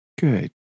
Good